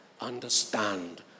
understand